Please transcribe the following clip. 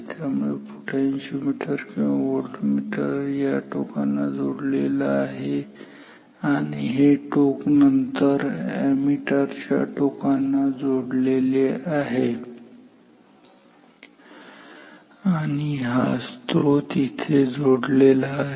त्यामुळे पोटेन्शिओमीटर किंवा व्होल्टमीटर या टोकांना जोडलेला आहे आणि हे टोक नंतर अॅमीटर च्या टोकांना जोडलेले आहे आणि हा स्त्रोत येथे जोडलेला आहे